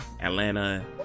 Atlanta